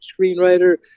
screenwriter